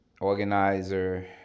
Organizer